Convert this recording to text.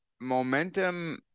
momentum